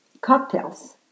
cocktails